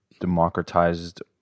democratized